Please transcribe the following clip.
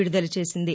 విడుదల చేసింది